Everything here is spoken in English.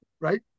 right